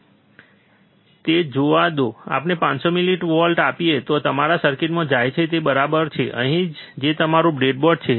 હવે તે જોવા દો આપણે 500 મિલીવોલ્ટ આપીએ છીએ તે તમારા સર્કિટમાં જાય છે જે બરાબર છે અહીં જ છે જે તમારું બ્રેડબોર્ડ છે